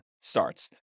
starts